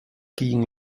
ging